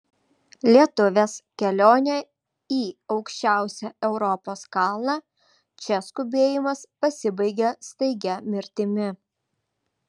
lietuvės kelionė į aukščiausią europos kalną čia skubėjimas pasibaigia staigia mirtimi